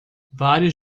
vários